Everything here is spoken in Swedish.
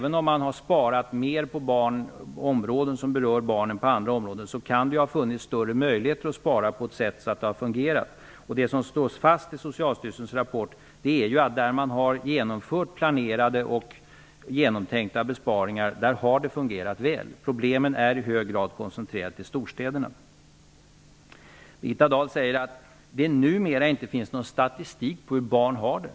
Även om man har sparat mer på områden som berör barn än på andra områden kan det där ha funnits större möjligheter att spara på ett sådant sätt att det har fungerat. I Socialstyrelsens rapport slås det fast att där man har genomfört planerade och genomtänkta besparingar har det fungerat väl. Problemen är i hög grad koncentrerade till storstäderna. Birgitta Dahl sade att det numera inte finns någon statistik över hur barn har det.